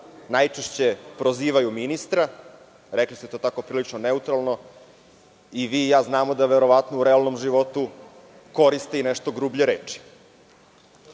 najčešće prozivaju ministra. Rekli ste to tako, prilično neutralno. I vi i ja znamo da u realnom životu koriste i nešto grublje reči.